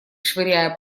швыряя